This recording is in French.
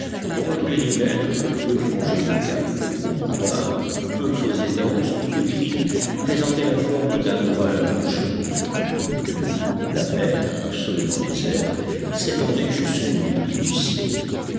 et dont le périmètre peu frangé de caps ou de promontoires peu creusé d'anses ou de criques présentait la forme d'un ovale allongé tout autour la mer absolument déserte s'étendait jusqu'aux limites du ciel